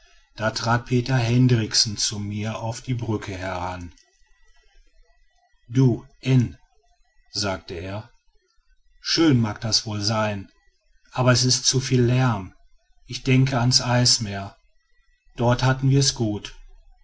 da trat peter hendriksen zu mir auf der brücke heran du n sagte er schön mag das wohl sein aber es ist zuviel lärm ich denke ans eismeer dort hatten wir's gut